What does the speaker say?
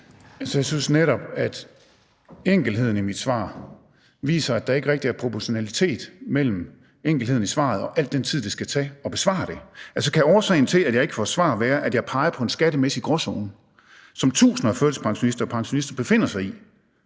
(ALT): Jeg synes netop, at enkelheden i mit spørgsmål viser, at der ikke rigtig er proportionalitet mellem det og al den tid, det skal tage at besvare det. Kan årsagen til, at jeg ikke får svar, være, at jeg peger på en skattemæssig gråzone, som tusinder af førtidspensionister og pensionister befinder sig i,